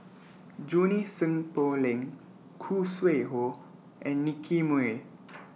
Junie Sng Poh Leng Khoo Sui Hoe and Nicky Moey